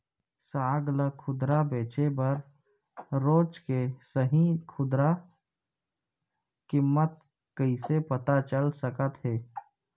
साग ला खुदरा बेचे बर रोज के सही खुदरा किम्मत कइसे पता चल सकत हे?